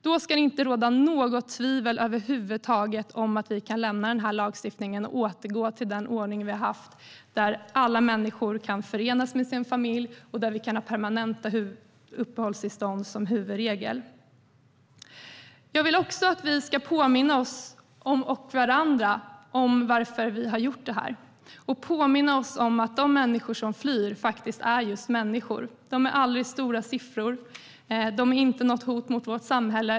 Då ska det inte råda något tvivel över huvud taget om att vi kan lämna lagstiftningen och återgå till den ordning vi har haft där alla människor kan förenas med sin familj och där vi kan ha permanenta uppehållstillstånd som huvudregel. Jag vill också att vi ska påminna oss själva och varandra om varför vi har gjort denna överenskommelse. Låt oss påminna oss om att de människor som flyr är just människor. De är aldrig stora siffror, och de är inte ett hot mot vårt samhälle.